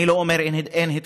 אני לא אומר שאין התקדמות,